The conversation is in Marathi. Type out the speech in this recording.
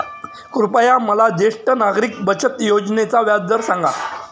कृपया मला ज्येष्ठ नागरिक बचत योजनेचा व्याजदर सांगा